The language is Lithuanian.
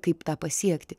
kaip tą pasiekti